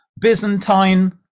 Byzantine